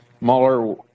Mueller